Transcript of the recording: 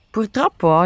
Purtroppo